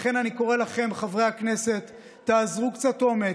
לכן, אני קורא לכם, חברי הכנסת: תאזרו קצת אומץ.